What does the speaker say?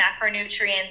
macronutrients